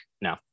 No